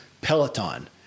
Peloton